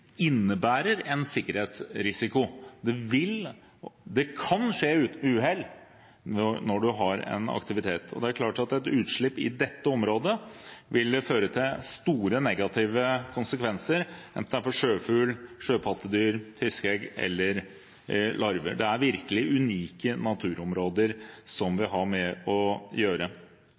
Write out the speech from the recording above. innebærer en sikkerhetsrisiko. Det kan skje uhell når en har en aktivitet. Et utslipp i dette området vil få store negative konsekvenser, enten det er for sjøfugl og sjøpattedyr eller for fiskeegg eller -larver. Det er virkelig unike naturområder som vi har med å gjøre.